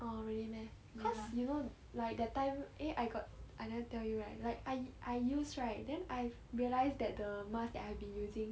oh really meh cause you know like that time eh I got I never tell you right like I I use right then I realised that the mask that I've been using